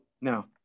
Now